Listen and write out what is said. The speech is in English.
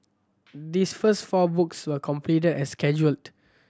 this first four books were completed as scheduled